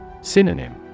Synonym